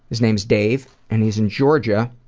his name is dave and he's in georgia